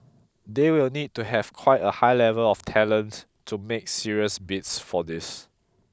they will need to have quite a high level of talents to make serious bids for these